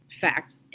fact